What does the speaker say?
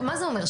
כאילו,